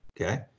Okay